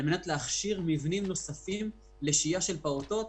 על-מנת להכשיר מבנים נוספים לשהייה של פעוטות.